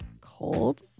cold